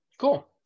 cool